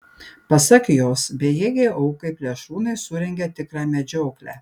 pasak jos bejėgei aukai plėšrūnai surengė tikrą medžioklę